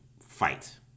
fight